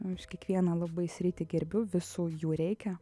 aš kiekvieną labai sritį gerbiu visų jų reikia